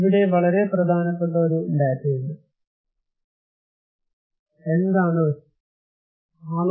ഇവിടെ വളരെ പ്രധാനപ്പെട്ട ഒരു ഡാറ്റയുണ്ട് എന്താണ് റിസ്ക്